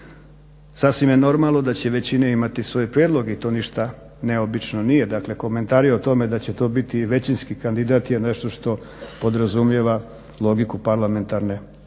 Sasvim je normalno da će većine imati svoje prijedloge i to ništa neobično nije, dakle komentari o tome da će to biti i većinski kandidat je nešto što podrazumijeva logiku parlamentarne